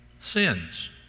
sins